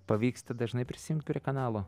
pavyksta dažnai prisijungt prie kanalo